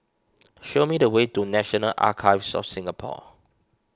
show me the way to National Archives of Singapore